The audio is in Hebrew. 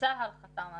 שצה"ל חתם עליו,